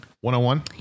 one-on-one